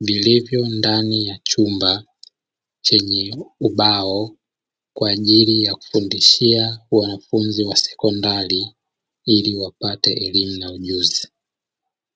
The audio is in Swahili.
vilivyo ndani ya chumba chenye ubao kwajili ya kufundishia wanafunzi wa sekondari ili wapate elimu na ujuzi.